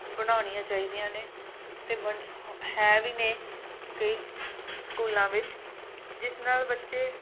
ਬਣਾਉਣੀਆਂ ਚਾਹੀਦੀਆਂ ਨੇ ਅਤੇ ਬਣ ਹੈ ਵੀ ਨੇ ਕਈ ਸਕੂਲਾਂ ਵਿੱਚ ਜਿਸ ਨਾਲ ਬੱਚੇ